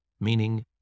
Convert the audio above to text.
meaning